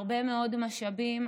הרבה מאוד משאבים,